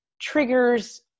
triggers